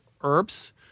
herbs